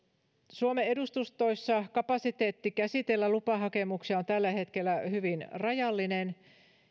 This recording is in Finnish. suomen edustustoissa kapasiteetti käsitellä lupahakemuksia on tällä hetkellä hyvin rajallinen